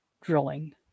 drilling